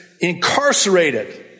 incarcerated